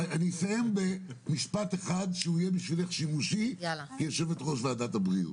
אבל אני אסיים במשפט אחד שהוא יהיה בשבילך שימושי כיו"ר ועדת הבריאות.